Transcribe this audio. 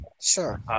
sure